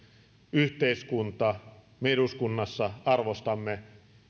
yhteiskunta me eduskunnassa arvostamme